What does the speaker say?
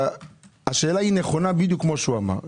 השאלה נכונה בדיוק כמו שהוא אמר,